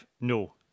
No